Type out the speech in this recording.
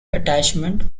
attachment